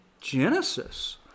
Genesis